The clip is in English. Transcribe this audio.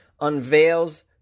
unveils